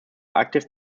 active